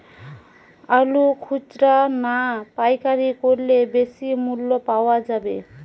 আলু খুচরা না পাইকারি করলে বেশি মূল্য পাওয়া যাবে?